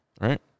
Right